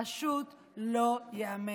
פשוט לא ייאמן.